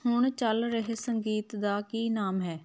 ਹੁਣ ਚੱਲ ਰਹੇ ਸੰਗੀਤ ਦਾ ਕੀ ਨਾਮ ਹੈ